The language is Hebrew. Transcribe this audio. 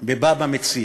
בבא מציעא.